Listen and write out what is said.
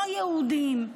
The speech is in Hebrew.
לא יהודים,